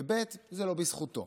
וכן, זה לא בזכותו.